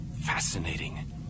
Fascinating